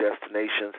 Destinations